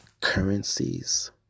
currencies